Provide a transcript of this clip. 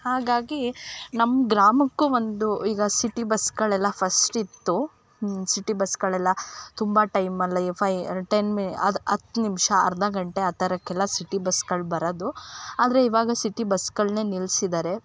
ಹಾಗಾಗಿ ನಮ್ಮ ಗ್ರಾಮಕ್ಕು ಒಂದು ಈಗ ಸಿಟಿ ಬಸ್ಸಗಳೆಲ್ಲಾ ಫಸ್ಟ್ ಇತ್ತು ಸಿಟಿ ಬಸ್ಸಗಳೆಲ್ಲಾ ತುಂಬ ಟೈಮ್ ಅಲ್ಲಿ ಫೈವ್ ಟೆನ್ ಮೆ ಅದು ಹತ್ತು ನಿಮ್ಶ ಅರ್ಧ ಗಂಟೆ ಆ ಥರಕೆಲ್ಲ ಸಿಟಿ ಬಸ್ಗಳು ಬರೋದು ಆದರೆ ಇವಾಗ ಸಿಟಿ ಬಸ್ಗಳನ್ನೆ ನಿಲ್ಸಿದಾರೆ